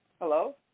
Hello